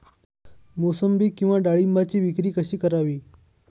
मोसंबी किंवा डाळिंबाची विक्री कशी करावी?